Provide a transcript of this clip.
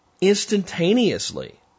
instantaneously